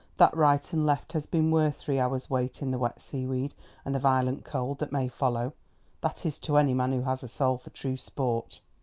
that right and left has been worth three hours' wait in the wet seaweed and the violent cold that may follow that is, to any man who has a soul for true sport.